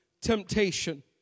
temptation